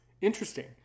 interesting